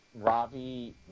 Ravi